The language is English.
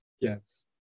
Yes